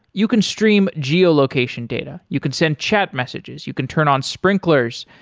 you can stream geo-location data. you can send chat messages, you can turn on sprinklers,